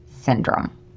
syndrome